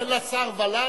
אם תיתן לשר ול"ל,